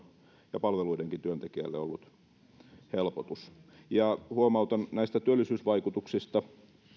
ja palveluidenkin helpotus ja huomautan näistä työllisyysvaikutuksista että